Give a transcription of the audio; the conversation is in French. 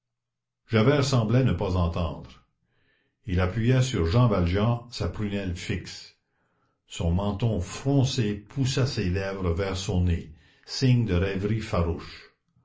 javert semblait ne pas entendre il appuyait sur jean valjean sa prunelle fixe son menton froncé poussait ses lèvres vers son nez signe de rêverie farouche